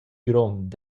grond